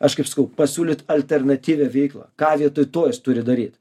aš kaip sakau pasiūlyt alternatyvią veiklą ką vietoj to jis turi daryt